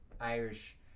Irish